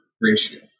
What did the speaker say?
ratio